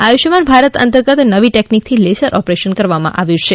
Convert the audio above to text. આયુષ્માન ભારત અંતર્ગત નવી ટેકનીકથી લેસર ઓપરેશન કરવામાં આવ્યું હતું